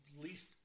least